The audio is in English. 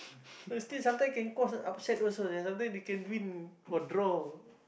so is still some time can cause an upset also some time they can win or draw